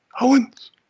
Owens